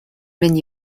been